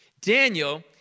Daniel